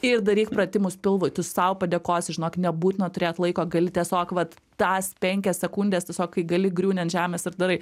ir daryk pratimus pilvui tu sau padėkosi žinok nebūtina turėt laiko gali tiesiog vat tas penkias sekundes tiesiog kai gali griūni ant žemės ir darai